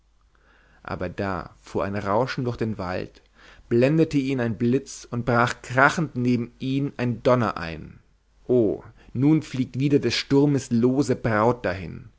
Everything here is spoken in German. aber da fuhr ein rauschen durch den wald blendete ihn ein blitz und brach krachend neben ihm ein donner ein oh nun fliegt wieder des sturmes lose braut dahin